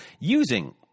using